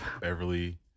Beverly